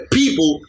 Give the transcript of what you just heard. people